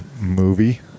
movie